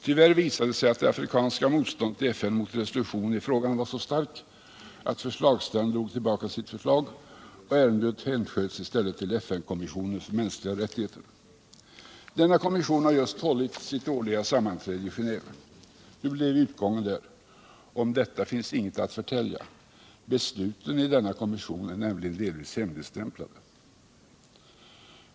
Tyvärr visade det sig att det afrikanska motståndet i FN mot resolutionen i frågan var så starkt att förslagsställarna drog tillbaka sitt förslag, och ärendet hänsköts i stället till FN-kommissionen för mänskliga rättigheter. Denna kommission har just hållit sitt årliga sammanträde i Genéve. Hur blev utgången där? Om detta finns inget att förtälja. Besluten i denna kommission är nämligen delvis hemligstämplade.